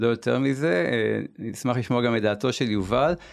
יותר מזה, אני אשמח לשמוע גם את דעתו של יובל.